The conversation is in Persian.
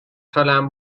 سالم